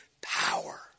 power